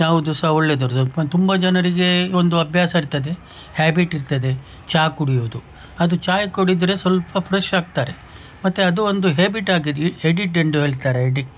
ಯಾವುದು ಸಹ ಒಳ್ಳೇದಿರುತ್ತೆ ಮ ತುಂಬ ಜನರಿಗೆ ಈ ಒಂದು ಅಭ್ಯಾಸ ಇರ್ತದೆ ಹ್ಯಾಬಿಟ್ ಇರ್ತದೆ ಚಹಾ ಕುಡಿಯೋದು ಅದು ಚಾಯ್ ಕುಡಿದರೆ ಸ್ವಲ್ಪ ಫ್ರೆಶ್ ಆಗ್ತಾರೆ ಮತ್ತೆ ಅದು ಒಂದು ಹ್ಯಾಬಿಟ್ ಆಗಿರಲಿ ಎಡಿಟ್ ಎಂದು ಹೇಳ್ತಾರೆ ಎಡಿಕ್ಟ್